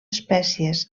espècies